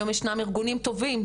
היום ישנם ארגונים טובים,